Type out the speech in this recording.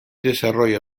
desarrolla